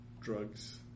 drugs